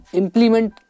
implement